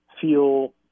feel